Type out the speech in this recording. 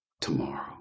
tomorrow